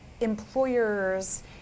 employers